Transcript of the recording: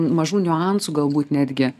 mažų niuansų galbūt netgi